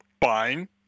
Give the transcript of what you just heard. Fine